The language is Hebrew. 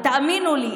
ותאמינו לי,